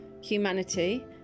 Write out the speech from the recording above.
humanity